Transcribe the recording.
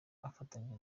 afatanije